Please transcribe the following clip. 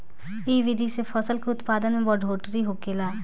इ विधि से फसल के उत्पादन में बढ़ोतरी होखेला